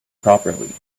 properly